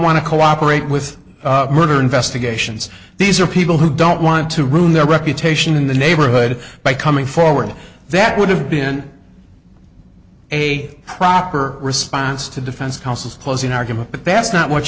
to cooperate with murder investigations these are people who don't want to ruin their reputation in the neighborhood by coming forward that would have been a proper response to defense counsel's closing argument but that's not what